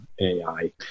AI